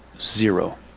Zero